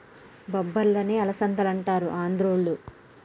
బొబ్బర్లనే అలసందలంటారు ఆంద్రోళ్ళు